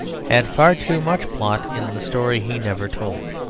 had far too much plot in the story he never told.